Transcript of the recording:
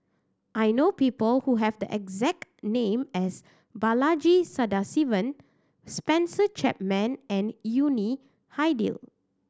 I know people who have the exact name as Balaji Sadasivan Spencer Chapman and Yuni Hadi